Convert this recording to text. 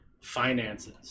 finances